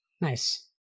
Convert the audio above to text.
Nice